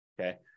okay